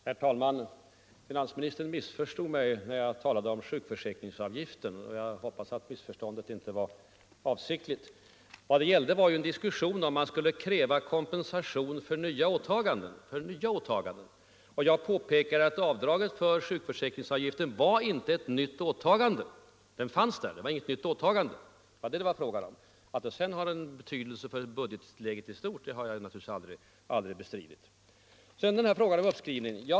Herr talman! Finansministern missförstod mig när jag talade om sjukförsäkringsavgiften, och jag hoppas att missförståndet inte var avsiktligt. Vad det gällde var ju om man skulle kräva kompensation för nva åta ganden, och jag påpekade att avdraget för sjukförsäkringsavgiften inte var ett nytt åtagande. Det fanns där, det var inte nytt. Att det sedan har betydelse för budgetläget i stort har jag naturligtvis aldrig bestridit. Så har vi frågan om uppskrivning av kronan.